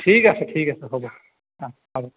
ঠিক আছে ঠিক আছে হ'ব অঁ হ'ব